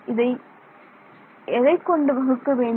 இதை எதைக் கொண்டு வகுக்க வேண்டும்